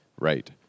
Right